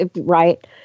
right